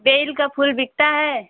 bell का फूल बिकता है